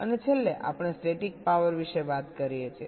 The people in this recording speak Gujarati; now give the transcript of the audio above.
અને છેલ્લે આપણે સ્ટેટિક પાવર વિશે વાત કરીએ છીએ